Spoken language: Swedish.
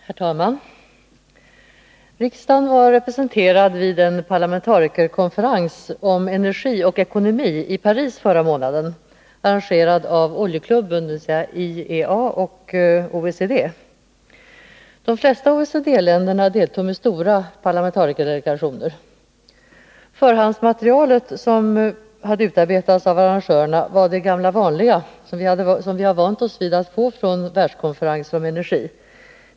Herr talman! Riksdagen var representerad vid en parlamentarikerkonferens om energi och ekonomi i Paris förra månaden, arrangerad av Oljeklubben, dvs. IEA och OECD. De flesta OECD-länderna deltog med stora parlamentarikerdelegationer. Förhandsmaterialet som hade utarbetats av arrangörerna var det gamla vanliga, som vi har vant oss vid att få från världskonferenser om energi.